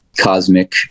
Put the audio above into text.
cosmic